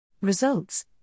Results